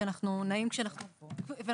מצד